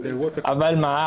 אבל מה?